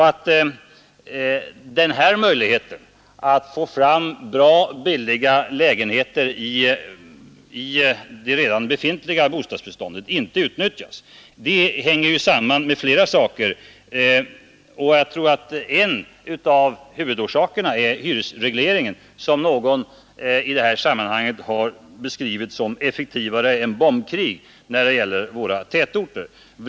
Att den här möjligheten att få fram bra och billiga lägenheter i det redan befintliga bostadsbeståndet inte utnyttjats hänger ju samman med flera saker. Jag tror att en av huvudorsakerna är hyresregleringen, som någon i det här sammanhanget beskrivit som ”effektivare än ett bombkrig” i våra tätorter.